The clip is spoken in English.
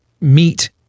meat